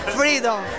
freedom